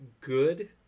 good